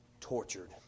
tortured